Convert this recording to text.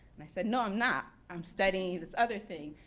and i said, no, i'm not. i'm studying this other thing,